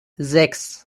sechs